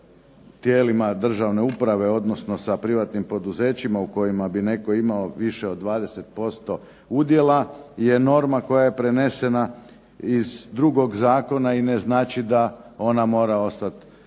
tijelima državne uprave, odnosno sa privatnim poduzećima u kojima bi netko imao više od 20% udjela je norma koja je prenesena iz drugog zakona i ne znači da ona mora ostati